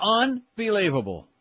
unbelievable